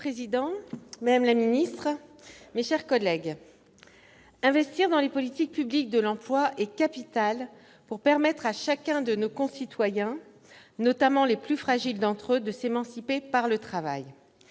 Monsieur le président, madame la ministre, mes chers collègues, investir dans les politiques publiques de l'emploi est capital pour permettre à chacun de nos concitoyens, notamment aux plus fragiles d'entre eux, de s'émanciper par le travail.